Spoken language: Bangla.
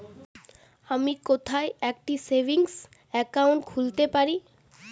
আমি কোথায় একটি সেভিংস অ্যাকাউন্ট খুলতে পারি?